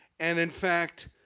and in fact,